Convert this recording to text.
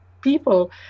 people